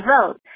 road